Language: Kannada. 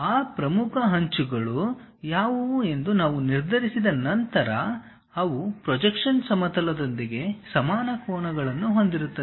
ಆ ಪ್ರಮುಖ ಅಂಚುಗಳು ಯಾವುವು ಎಂದು ನಾವು ನಿರ್ಧರಿಸಿದ ನಂತರ ಅವು ಪ್ರೊಜೆಕ್ಷನ್ ಸಮತಲದೊಂದಿಗೆ ಸಮಾನ ಕೋನಗಳನ್ನು ಹೊಂದಿರುತ್ತದೆ